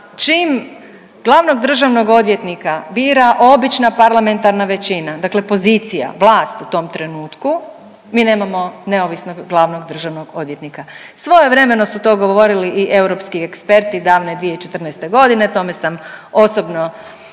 čim glavnog državnog odvjetnika bira obična parlamentarna većina, dakle pozicija, vlast u tom trenutku mi nemamo neovisnog glavnog državnog odvjetnika. Svojevremeno su to govorili i europski eksperti davne 2014. godine. Tome sam osobno